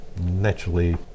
naturally